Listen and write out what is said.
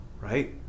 right